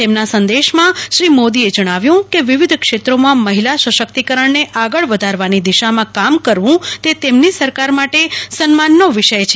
તેમના સંદેશમાં શ્રી મોદીએ જણાવ્યું કે વિવિધ ક્ષેત્રોમાં મહિલા સશક્તિકરણને આગળ વધારવાની દિશામાં કામ કરવું તે તેમની સરકાર માટે સન્માનનો વિષય છે